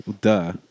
Duh